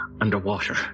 underwater